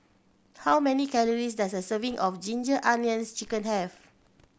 how many calories does a serving of Ginger Onions Chicken have